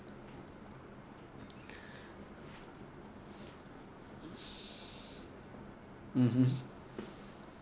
(uh huh)